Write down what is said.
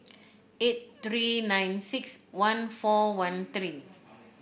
eight three nine six one four one three